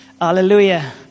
Hallelujah